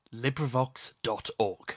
LibriVox.org